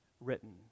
written